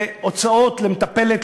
בהוצאות על המטפלת,